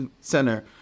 Center